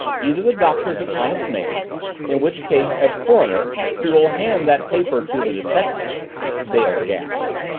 either the doctor's an honest man in which case, as coroner, he will hand that paper to the detective dale gasped.